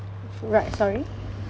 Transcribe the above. what sorry